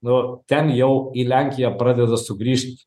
nu ten jau į lenkiją pradeda sugrįžt